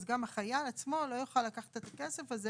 אז גם החייל עצמו לא יוכל לקחת את הכסף הזה